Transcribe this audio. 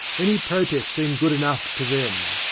any protest seemed good enough to them.